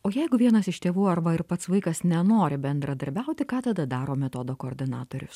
o jeigu vienas iš tėvų arva ir pats vaikas nenori bendradarbiauti ką tada daro metodo koordinatorius